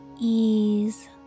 ease